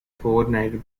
coordinated